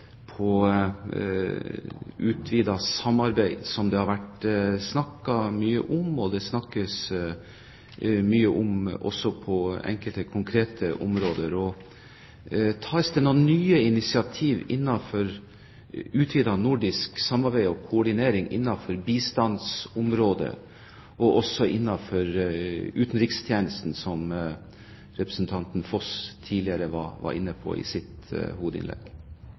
samarbeid, som det har vært snakket mye om, også på enkelte konkrete områder. Tas det noen nye initiativer innenfor utvidet nordisk samarbeid og koordinering innenfor bistandsområdet, og også innenfor utenrikstjenesten, som representanten Foss var inne på i sitt